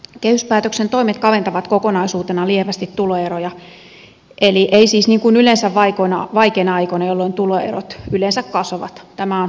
kehyspäätöksen toimet kaventavat kokonaisuutena lievästi tuloeroja eli ei siis niin kuin yleensä vaikeina aikoina jolloin tuloerot yleensä kasvavat